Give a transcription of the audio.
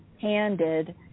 handed